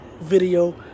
video